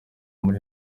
muri